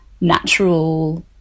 natural